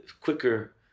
quicker